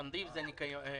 תנדיף זה ניקיון.